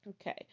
Okay